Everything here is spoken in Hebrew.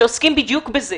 עוסקים בדיוק בזה